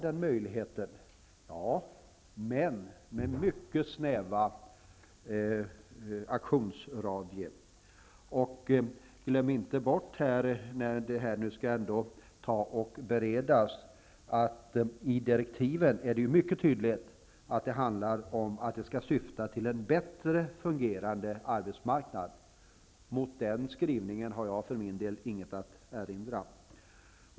Ja, det gör den, men med en mycket snäv aktionsradie. Och när detta skall beredas får man inte glömma bort att det i direktiven mycket tydligt framgår att det handlar om att detta skall syfta till en bättre fungerande arbetsmarknad. Mot den skrivningen har jag för min del inget att erinra.